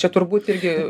čia turbūt irgi